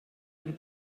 den